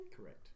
Correct